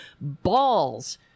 balls